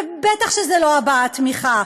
ובטח שזה לא הבעת תמיכה,